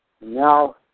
Now